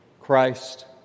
Christ